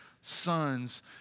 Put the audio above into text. sons